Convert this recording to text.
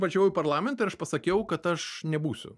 važiavau į parlamentą ir aš pasakiau kad aš nebūsiu